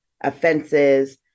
offenses